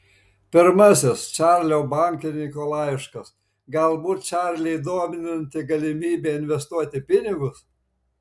pirmasis čarlio bankininko laiškas galbūt čarlį dominanti galimybė investuoti pinigus